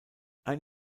ein